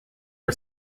are